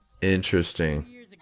Interesting